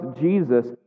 Jesus